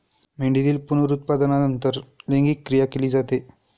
मेंढीतील पुनरुत्पादनानंतर लैंगिक क्रिया केली जाते